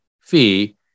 fee